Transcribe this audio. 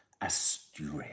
Asturias